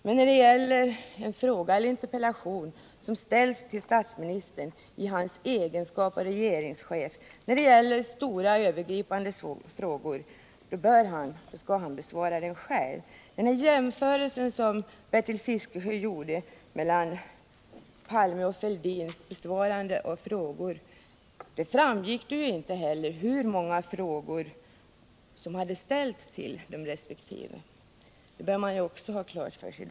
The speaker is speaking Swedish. Men när det gäller en fråga eller en interpellation som ställs till statsministern i hans egenskap av regeringschef och som rör stora övergripande saker, skall han besvara den frågan eller interpellationen själv. Av den jämförelse som Bertil Fiskesjö gjorde mellan Olof Palmes och Thorbjörn Fälldins besvarande av frågor framgick inte hur många frågor som hade ställts till resp. statsminister. Det bör man också ha klart för sig.